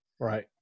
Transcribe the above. Right